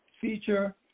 feature